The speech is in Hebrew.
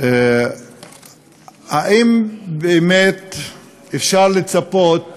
האם באמת אפשר לצפות